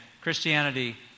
Christianity